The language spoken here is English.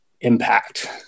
impact